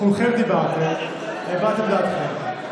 כולכם דיברתם והבעתם דעתכם.